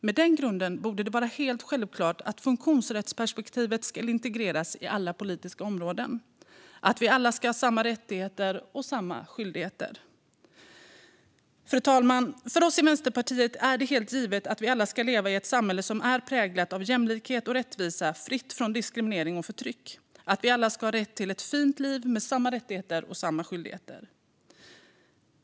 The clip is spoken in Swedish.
Med den grunden borde det vara helt självklart att funktionsrättsperspektivet ska integreras i alla politiska områden och att vi alla ska ha samma rättigheter och samma skyldigheter. Fru talman! För oss i Vänsterpartiet är det helt givet att vi alla ska leva i ett samhälle som är präglat av jämlikhet och rättvisa och är fritt från diskriminering och förtryck samt att vi alla ska ha rätt till ett fint liv med samma rättigheter och samma skyldigheter.